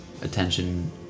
attention